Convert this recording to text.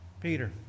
Peter